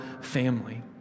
family